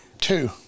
Two